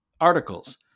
articles